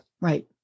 Right